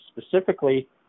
Specifically